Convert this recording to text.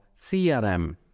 CRM